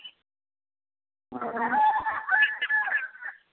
ᱚ